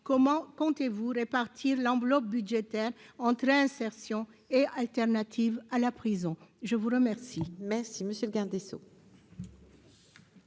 comment comptez-vous répartir l'enveloppe budgétaire entre insertion et alternatives à la prison, je vous remercie. Si, mais si monsieur le garde des Sceaux.